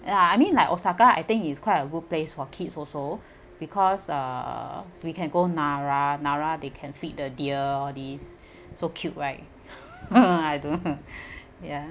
ya I mean like osaka I think it's quite a good place for kids also because uh we can go nara they can feed the deer all these so cute right I don't ya